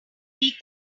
make